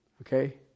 Okay